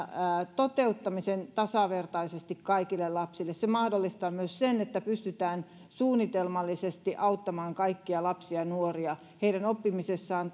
toteuttamisen tasavertaisesti kaikille lapsille se mahdollistaa myös sen että pystytään suunnitelmallisesti auttamaan kaikkia lapsia nuoria heidän oppimisessaan